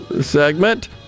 segment